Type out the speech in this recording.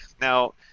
Now